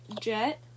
Jet